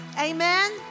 Amen